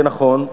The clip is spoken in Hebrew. זה נכון,